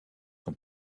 son